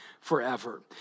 forever